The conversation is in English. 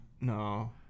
No